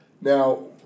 Now